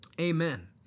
Amen